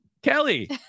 Kelly